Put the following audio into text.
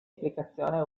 applicazione